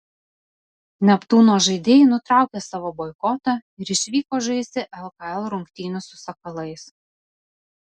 neptūno žaidėjai nutraukė savo boikotą ir išvyko žaisti lkl rungtynių su sakalais